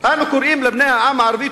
"אנו קוראים לבני העם הערבי,